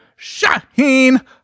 Shaheen